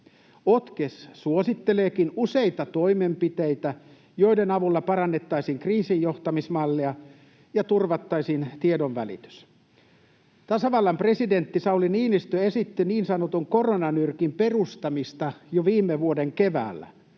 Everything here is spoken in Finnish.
OTKES suositteleekin useita toimenpiteitä, joiden avulla parannettaisiin kriisinjohtamismallia ja turvattaisiin tiedonvälitys. Tasavallan presidentti Sauli Niinistö esitti niin sanotun koronanyrkin perustamista jo viime vuoden keväällä,